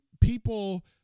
people